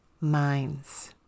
minds